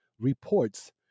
Reports